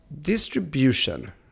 distribution